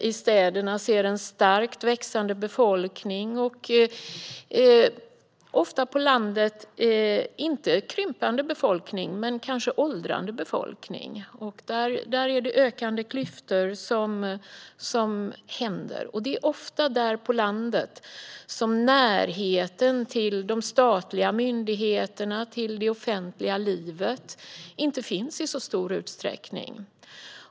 I städerna ser vi en starkt växande befolkning, och på landet är det kanske inte en krympande befolkning men ofta en åldrande befolkning. Det leder till ökande klyftor. Det är ofta på landet som närheten till de statliga myndigheterna, till det offentliga livet, inte finns i särskilt stor utsträckning.